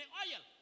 oil